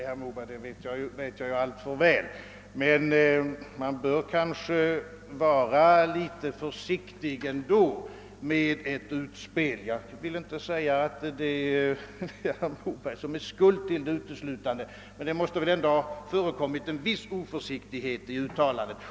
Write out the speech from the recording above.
Herr talman! Det vet jag alltför väl, herr Moberg. Men man bör kanske ändå vara litet försiktig med ett utspel av detta slag. Jag vill inte påstå att herr Moberg är skuld till det, åtminstone inte uteslutande, men det måste rimligen ändå ha förelegat en viss oförsiktighet i uttalandet.